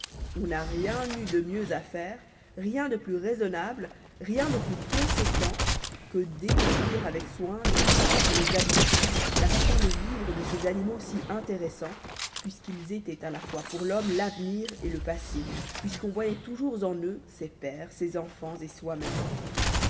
on n'a rien eu de mieux à faire rien de plus raisonnable rien de plus conséquent que d'étudier avec soin les moeurs les habitudes la façon de vivre de ces animaux si intéressants puisqu'ils étaient à la fois pour l'homme l'avenir et le passé puisqu'on voyoit toujours en eux ses pères ses enfants et soi-même